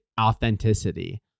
authenticity